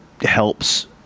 helps